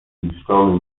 zniszczony